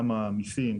כמה מיסים?